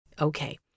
Okay